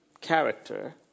character